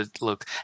look